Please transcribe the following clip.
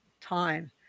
time